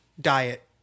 diet